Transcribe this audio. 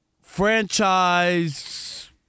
franchise